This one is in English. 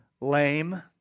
lame